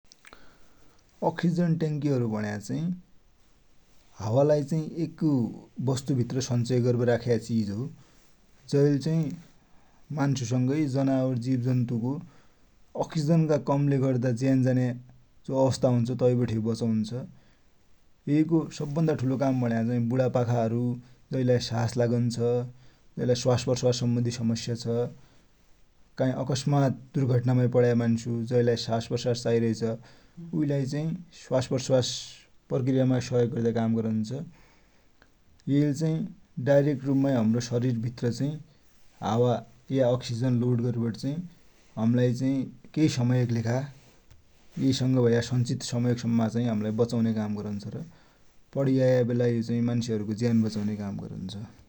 अक्सिजन ट्याङ्कीहरु भुण्या चाही हावालाई चाही एक वस्तुभित्र संचय गरिवटी राख्या चिज हो । जैले चाही मान्सुसंगै जनावर, जीवजन्तुको अक्सिजनका कमले ज्यान झन्या जो अवस्था हुन्छ, तै बठे बचुन्छ । ये को सवभन्दा ठुलो काम भुण्याचाही बुढापाखाहरु जैलाई सास लागन्छ, जैलाई स्वासप्रश्वास सम्वन्धि समस्या छ, काई अकस्मात दुर्धटनामा पड्का मान्सु जैलाई स्वासप्रश्वास चाहिरैछ, उइलाई चाही स्वासप्रश्वास प्रकृयामा सहयोग गद्या काम गरुन्छ । येले चाही डाइरेक्ट रुपमा हमरो शरिर भित्र चाही हावा वा अक्सिजन लोड गरिवटीचाही हमलाई चाही केइ समयकी लेखा ये संग भया संचित समयसम्मकी लेखा हमलाई बचुन्या काम गरुन्छ र पडिआया वेला यो चाही मान्सुनको ज्यान वचुन्या काम गरुन्छ ।